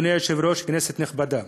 אדוני היושב-ראש, כנסת נכבדה,